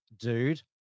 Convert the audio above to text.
dude